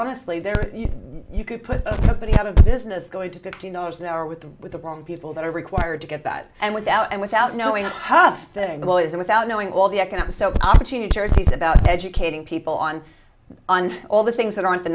honestly there you could put a company out of business going to fifteen dollars an hour with them with the wrong people that are required to get that and without and without knowing a huff and without knowing all the economic opportunities about educating people on all the things that aren't the